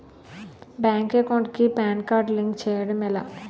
Bank account కి PAN card link చేయడం ఎలా?